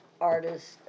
artist